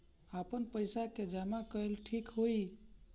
आपन पईसा के जमा कईल ठीक होई?